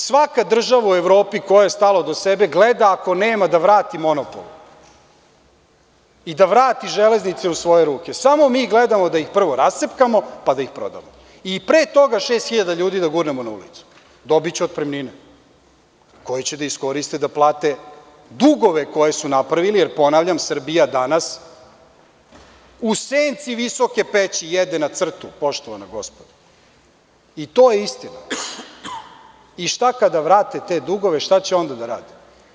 Svaka država u Evropi kojoj je stalo do sebe, gleda da ako nema, da vrati monopol, i da vrati železnice u svoje ruke, a samo mi gledamo da ih prvo rascepkamo, pa da ih prodamo i pre toga šest hiljada ljudi da gurnemo na ulicu, dobiće otpremnine koje će da iskoriste, da plate dugove koje su napravili, jer Srbija danas u senci Visoke peći, jede na crtu, poštovana gospodo i to je istina i šta kada vrate te dugove, šta će tada da rade?